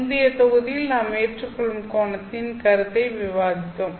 முந்தைய தொகுதியில் நாம் ஏற்றுக்கொள்ளும் கோணத்தின் கருத்தை விவாதித்தோம்